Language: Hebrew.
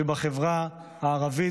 ושבחברה הערבית,